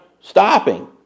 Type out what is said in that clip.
stopping